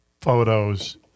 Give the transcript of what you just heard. photos